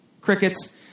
crickets